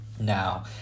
now